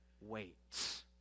wait